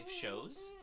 shows